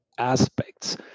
aspects